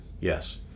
Yes